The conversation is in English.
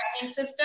system